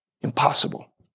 Impossible